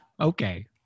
okay